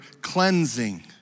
Cleansing